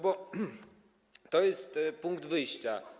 Bo to jest punkt wyjścia.